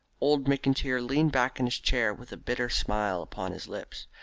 old mcintyre leaned back in his chair with a bitter smile upon his lips,